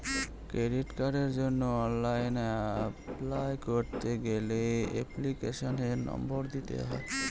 credit কার্ডের জন্য online apply করতে গেলে এপ্লিকেশনের নম্বর দিতে হয়